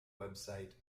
website